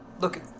look